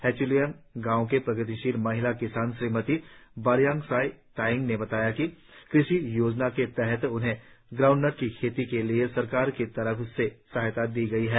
हचेलियांग गांव की प्रगतिशील महिला किसान श्रीमती बरयांगसाई तायांग ने बताया कि कृषि योजनाओं के तहत उन्हें ग्राउंडनट की खेती के लिए सरकार की तरफ से सहायता दी गई है